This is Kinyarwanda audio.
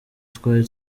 twari